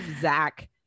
zach